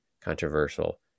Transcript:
controversial